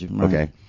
okay